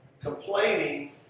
Complaining